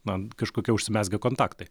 na kažkokie užsimezgę kontaktai